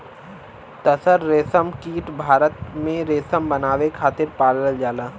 तसर रेशमकीट भारत में रेशम बनावे खातिर पालल जाला